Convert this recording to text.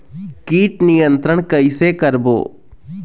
कीट नियंत्रण कइसे करबो?